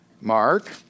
Mark